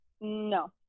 No